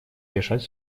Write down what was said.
решать